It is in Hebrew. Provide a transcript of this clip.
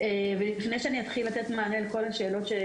לפני שאני אתחיל לתת מענה לכל השאלות,